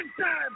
time